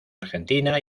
argentina